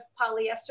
polyester